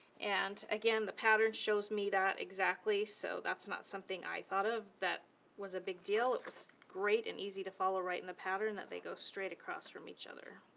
and again the pattern shows me that exactly, so that's not something i thought of that was a big deal. it was great and easy to follow right in the pattern that they go straight across from each other.